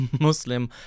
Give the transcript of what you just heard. Muslim